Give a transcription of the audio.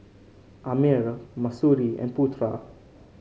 Ammir Mahsuri and Putra